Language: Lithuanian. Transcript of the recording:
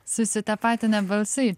susitapatinę balsai